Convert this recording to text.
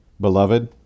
Beloved